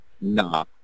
Nah